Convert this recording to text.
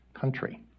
country